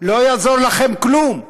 לא יעזור לכם כלום.